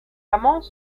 amants